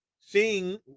seeing